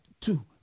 two